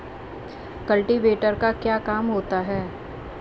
Cultivator का क्या काम होता है?